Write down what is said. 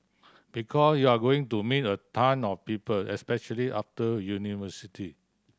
because you're going to meet a ton of people especially after university